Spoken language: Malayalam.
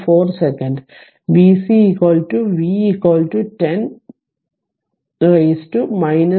4 second v c v 10 t 0